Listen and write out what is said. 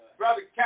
brother